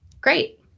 Great